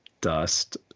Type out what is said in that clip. dust